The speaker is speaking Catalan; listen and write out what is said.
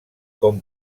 com